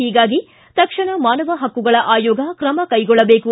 ಹೀಗಾಗಿ ತಕ್ಷಣ ಮಾನವ ಹಕ್ಕುಗಳ ಆಯೋಗ ಕ್ರಮ ಕೈಗೊಳ್ಳಬೇಕು